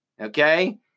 Okay